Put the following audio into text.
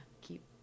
keep